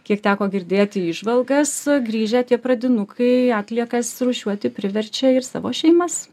kiek teko girdėti įžvalgas grįžę tie pradinukai atliekas rūšiuoti priverčia ir savo šeimas